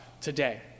today